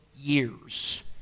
years